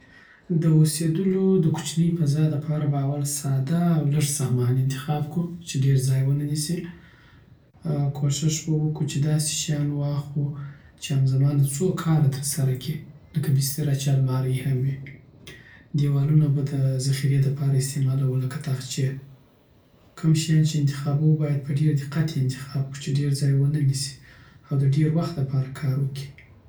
د اوسیدولو دکوچنی فضا دپاره به اول ساده او لږ سامان انتخاب کو چې ځای ډير ونه نیسي. کوښښ به کوو چې داسی شیان واخلو چی همزمان څوکاره ترسره کړی لکه بستر چې المارۍ هم وي. ديوالونه به د ذخيره لپاره استعمالوو لکه تاخچی کوم شیان چی انتخاب وو باید په ډیر دقت یی انتخاب کړو چی دیر ځای ونه نیسی او د ډیر وخت دپاره کار وکړی